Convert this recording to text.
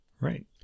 Right